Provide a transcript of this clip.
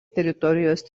teritorijos